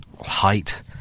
height